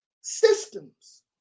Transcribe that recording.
systems